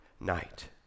night